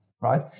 right